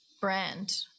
brand